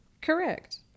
correct